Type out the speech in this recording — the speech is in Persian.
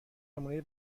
نمونهی